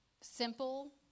simple